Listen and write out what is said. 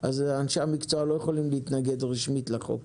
אנשי המקצוע לא יכולים להתנגד רשמית לחוק,